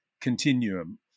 continuum